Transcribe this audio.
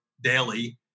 daily